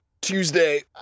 tuesday